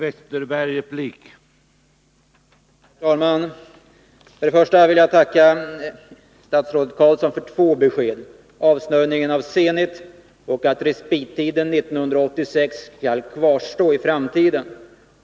Herr talman! Jag vill börja med att tacka statsrådet för två besked — om avsnörningen av Zenit och om att respittiden skall utgå 1986.